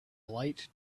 light